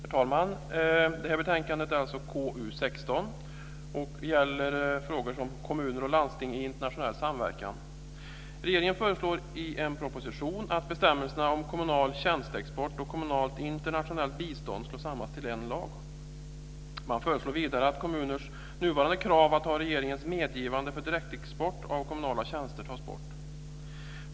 Herr talman! Det betänkande vi nu behandlar är KU17 och gäller frågor om kommuner och landsting i internationell samverkan. Regeringen föreslår i en proposition att bestämmelserna om kommunal tjänsteexport och kommunalt internationellt bistånd slås samman till en lag. Man föreslår vidare att kommuners nuvarande krav att ha regeringens medgivande för direktexport av kommunala tjänster tas bort.